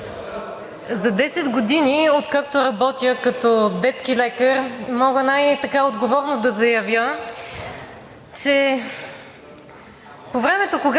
За 10 години, откакто работя като детски лекар, мога най-отговорно да заявя, че по времето, когато